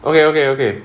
okay okay okay